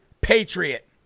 Patriot